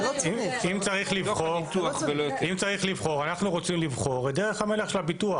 אם צריך לבחור אנחנו רוצים לבחור את דרך המלך של הביטוח.